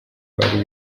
bari